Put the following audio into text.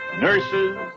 nurses